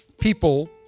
people